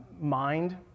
mind